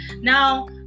now